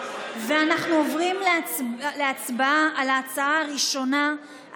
אנחנו עוברים להצבעה על ההצעה הראשונה,